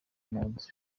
impunzi